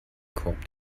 korb